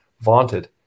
vaunted